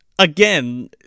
Again